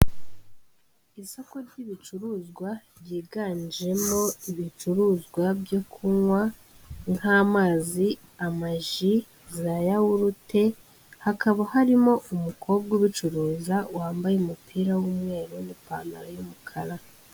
Isoko ry'ibicuruzwa ryiganjemo ibicuruzwa byo kunywa, nk'amazi, amaji, za yawurute, hakaba harimo umukobwa ubicuruza wambaye umupira w'umweru n'ipantaro y'umukara.